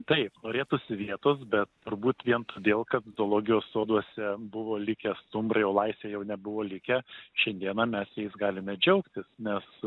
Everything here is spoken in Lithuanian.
taip norėtųsi vietos bet turbūt vien todėl kad zoologijos soduose buvo likę stumbrai o laisvėj jau nebuvo likę šiandieną mes jais galime džiaugtis nes